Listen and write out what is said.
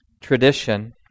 tradition